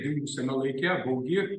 dingusiame laike baugi